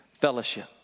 fellowship